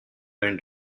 and